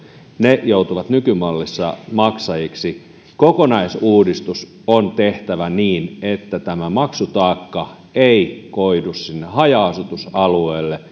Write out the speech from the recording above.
ne joutuvat nykymallissa maksajiksi kokonaisuudistus on tehtävä niin että maksutaakka ei koidu sinne haja asutusalueelle